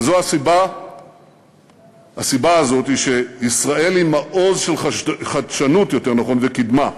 והסיבה הזו היא שישראל היא מעוז של חדשנות וקדמה בטכנולוגיה,